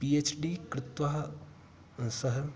P H D कृत्वा सः